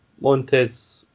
Montez